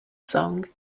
song